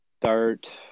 start